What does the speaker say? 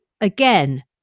again